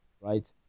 right